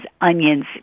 onions